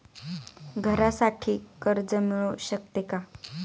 घरासाठी कर्ज मिळू शकते का?